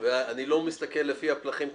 אני לא מסתכל לפי הפלחים,